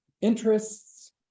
interests